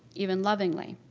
even lovingly.